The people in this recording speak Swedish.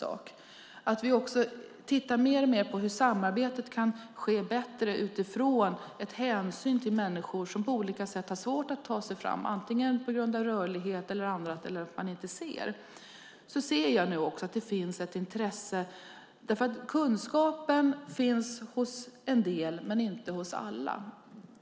Vi tittar också mer och mer på hur samarbetet kan bli bättre när det gäller att ta hänsyn till människor som av olika anledningar har svårt att ta sig fram, antingen på grund av begränsad rörlighet eller att man inte ser. Jag ser nu att det finns ett intresse för detta, och kunskapen finns hos en del men inte hos alla.